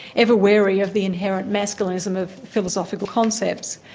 ever wary of the inherent masculinism of philosophical concepts.